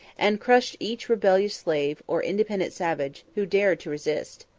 and crushed each rebellious slave, or independent savage, who dared to resist.